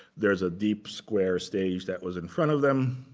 there's a deep square stage that was in front of them.